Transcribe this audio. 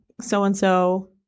so-and-so